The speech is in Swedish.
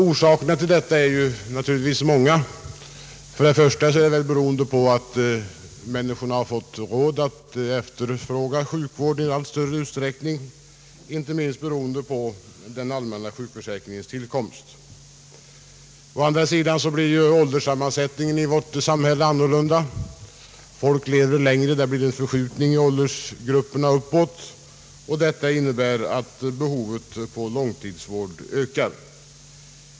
Orsakerna härtill är naturligtvis många. I första hand beror det väl på att människor har fått råd att efterfråga sjukvård i allt större utsträckning, inte minst efter den allmänna sjukförsäkringens tillkomst. Å andra sidan blir ålderssammansättningen i vårt samhälle annorlunda. Folk lever längre. Det blir en förskjutning uppåt i åldersgrupperna. Detta medför att behovet av långtidsvård ökar.